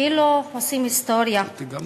כאילו עושים היסטוריה.